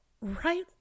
right